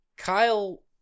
Kyle